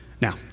Now